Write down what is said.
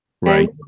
Right